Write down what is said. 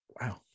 Wow